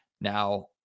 Now